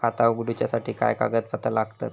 खाता उगडूच्यासाठी काय कागदपत्रा लागतत?